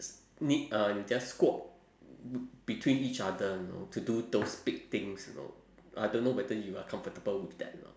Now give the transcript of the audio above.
need a you just squat between each other you know to do those big things you know I don't know whether you are comfortable with that or not